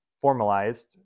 formalized